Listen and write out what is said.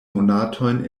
monatojn